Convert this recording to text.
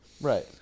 Right